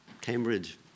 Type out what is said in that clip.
Cambridge